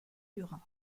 durant